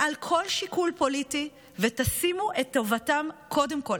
מעל כל שיקול פוליטי, ותשימו את טובתם קודם כול.